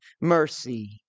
mercy